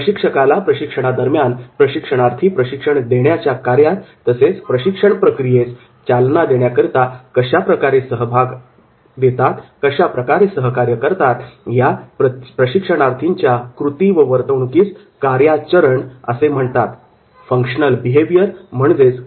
प्रशिक्षकाला प्रशिक्षणादरम्यान प्रशिक्षणार्थी प्रशिक्षण देण्याच्या कार्यात तसेच प्रशिक्षण प्रक्रियेस चालना देण्याकरिता कशा प्रकारे सहकार्य करतात या प्रशिक्षणार्थींच्या कृती व वर्तवणूकिस कार्याचरण functional behaviour फंक्शनल बिहेवियर असे म्हणतात